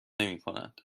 نمیکنند